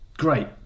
great